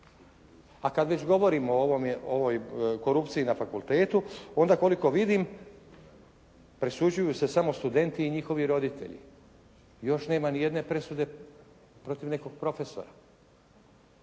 A kad već govorimo o ovoj korupciji na fakultetu onda koliko vidim presuđuju se samo studenti i njihovi roditelji. Još nema nijedne presude protiv nekog profesora.